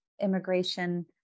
immigration